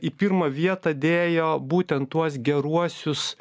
į pirmą vietą dėjo būtent tuos geruosius